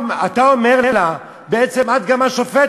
ואתה אומר לה: בעצם את גם השופטת,